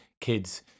kids